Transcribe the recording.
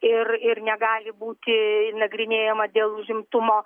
ir ir negali būti nagrinėjama dėl užimtumo